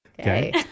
Okay